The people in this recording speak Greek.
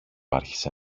άρχισε